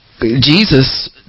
Jesus